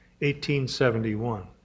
1871